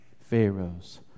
Pharaoh's